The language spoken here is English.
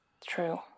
True